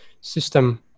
system